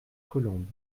colombes